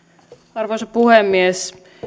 arvoisa puhemies